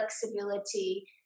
flexibility